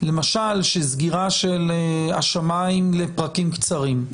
למשל שסגירה של השמים לפרקים קצרים,